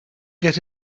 get